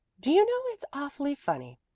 do you know it's awfully funny,